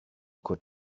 could